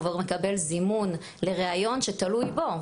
הוא כבר מקבל זימון לריאיון שתלוי בו,